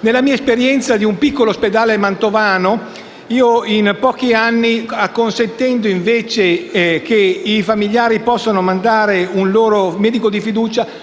Nella mia esperienza di un piccolo ospedale mantovano, in pochi anni, acconsentendo che i familiari potessero mandare un loro medico di fiducia,